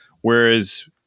Whereas